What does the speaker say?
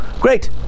great